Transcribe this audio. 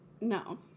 no